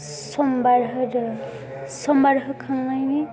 सम्बार होदो सम्बार होखांनायनि